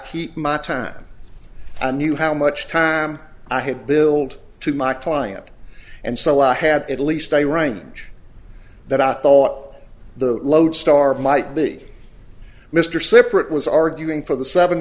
keep my time i knew how much time i had billed to my client and so i had at least a range that i thought the lodestar might be mr slipper it was arguing for the seven